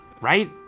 right